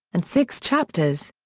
and six chapters.